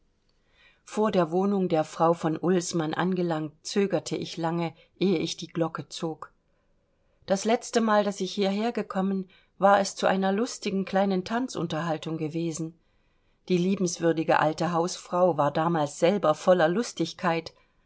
vor der wohnung der frau v ullsmann angelangt zögerte ich lange ehe ich die glocke zog das letzte mal daß ich hierher gekommen war es zu einer lustigen kleinen tanzunterhaltung gewesen die liebenswürdige alte hausfrau war damals selber voller lustigkeit